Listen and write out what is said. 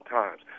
times